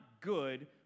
good